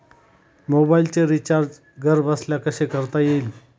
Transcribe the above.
मोबाइलचे रिचार्ज घरबसल्या कसे करता येईल?